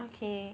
okay